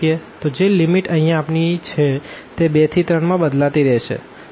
તો જે લીમીટ અહિયાં આપણી છે તે 2 થી 3 માં બદલાતી રેહશે